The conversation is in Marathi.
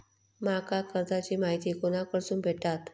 माका कर्जाची माहिती कोणाकडसून भेटात?